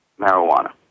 marijuana